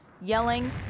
yelling